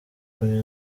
kunywa